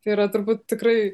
yra turbūt tikrai